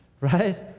right